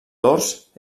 dors